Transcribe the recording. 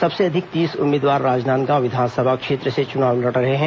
सबसे अधिक तीस उम्मीदवार राजनांदगांव विधानसभा क्षेत्र से चुनाव लड़ रहे हैं